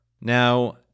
Now